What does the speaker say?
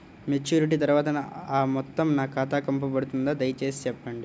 Maturity తర్వాత ఆ మొత్తం నా ఖాతాకు పంపబడుతుందా? దయచేసి చెప్పండి?